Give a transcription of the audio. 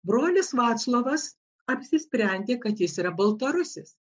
brolis vaclovas apsisprendė kad jis yra baltarusis